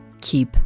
keep